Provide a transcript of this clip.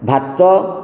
ଭାତ